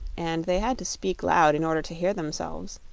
and they had to speak loud in order to hear themselves.